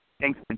Thanks